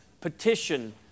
petition